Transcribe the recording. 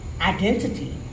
identity